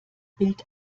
bild